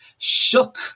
shook